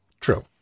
true